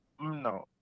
no